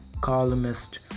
columnist